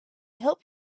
help